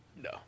no